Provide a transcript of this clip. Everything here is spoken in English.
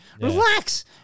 Relax